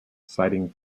citing